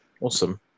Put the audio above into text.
Awesome